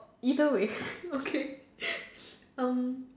either way okay um